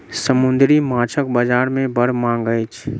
समुद्री माँछक बजार में बड़ मांग अछि